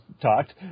talked